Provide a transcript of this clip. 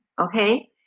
okay